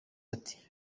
ati